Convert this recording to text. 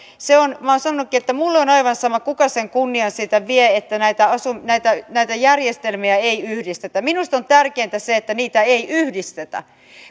minä olen sanonutkin että minulle on aivan sama kuka sen kunnian siitä vie että näitä näitä järjestelmiä ei yhdistetä minusta on tärkeintä se että niitä ei yhdistetä